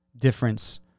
difference